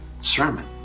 sermon